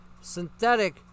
synthetic